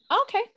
Okay